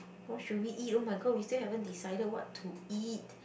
what should we eat oh my god we still haven't decided what to eat